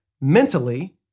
mentally